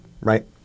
right